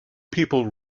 people